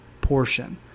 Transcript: portion